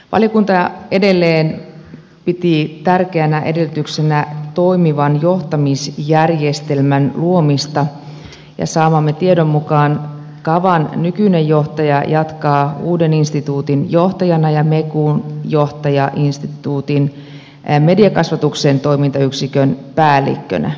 valiokunta edelleen piti tärkeänä edellytyksenä toimivan johtamisjärjestelmän luomista ja saamamme tiedon mukaan kavan nykyinen johtaja jatkaa uuden instituutin johtajana ja mekun johtaja instituutin mediakasvatuksen toimintayksikön päällikkönä